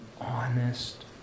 honest